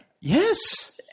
yes